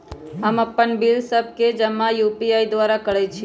हम अप्पन बिल सभ के जमा यू.पी.आई द्वारा करइ छी